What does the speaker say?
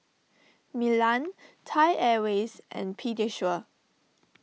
Milan Thai Airways and Pediasure